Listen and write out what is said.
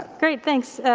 great, thanks,